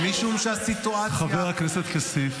חבר הכנסת כסיף.